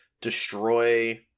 destroy